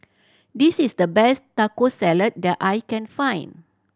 this is the best Taco Salad that I can find